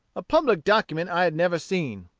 a public document i had never seen.